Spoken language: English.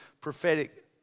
prophetic